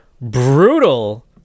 brutal